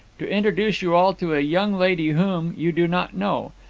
to introduce you all to a young lady whom you do not know.